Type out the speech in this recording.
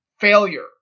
failure